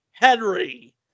Henry